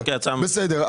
בסדר.